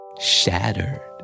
Shattered